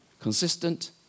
Consistent